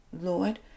Lord